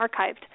archived